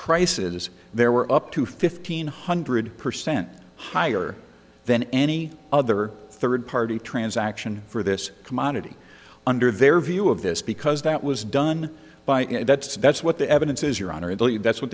prices there were up to fifteen hundred percent higher than any other third party transaction for this commodity under their view of this because that was done by that's that's what the evidence is your honor that's what